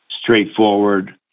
straightforward